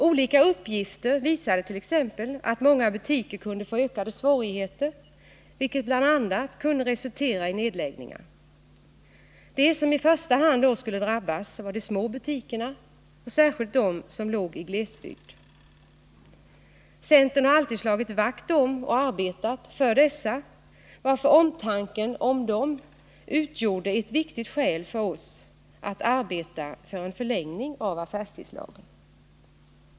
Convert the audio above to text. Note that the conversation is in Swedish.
Olika uppgifter visade t.ex. att många butiker kunde få ökade svårigheter, vilket bl.a. kunde resultera i nedläggningar. De som i första hand då skulle drabbas var de små butikerna, och särskilt de som låg i glesbygd. Centern har alltid slagit vakt om och arbetat för dessa, varför omtanken om dem utgjorde ett viktigt skäl för oss att arbeta för en förlängning av affärstidslagen.